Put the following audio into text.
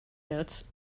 notes